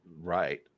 Right